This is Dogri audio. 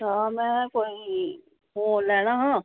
हां मैं कोई फोन लैना हा